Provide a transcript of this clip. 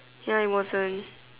ya it wasn't